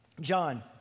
John